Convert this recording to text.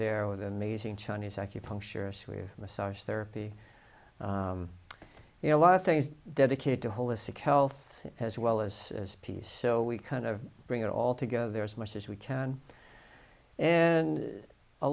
there with amazing chinese acupuncture as we've massage therapy you know a lot of things dedicated to holistic health as well as peace so we kind of bring it all together as much as we can and a